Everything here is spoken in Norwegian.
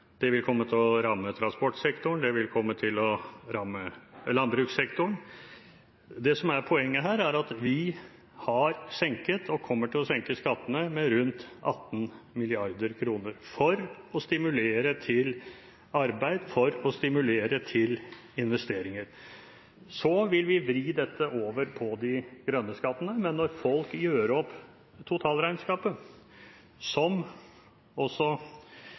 Det vil komme til å ramme transportsektoren, det vil komme til å ramme landbrukssektoren. Det som er poenget her, er at vi kommer til å senke skattene med rundt 18 mrd. kr for å stimulere til arbeid, for å stimulere til investeringer. Så vil vi vri dette over på de grønne skattene. Men når folk gjør opp totalregnskapet, som også